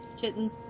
kittens